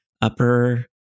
upper